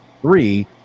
three